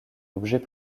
objet